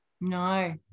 No